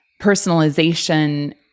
personalization